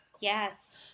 Yes